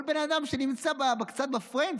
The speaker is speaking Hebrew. כל בן אדם שנמצא קצת בפריים,